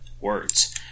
Words